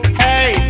hey